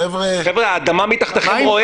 חבר'ה, האדמה מתחתיכם רועדת.